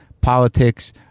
politics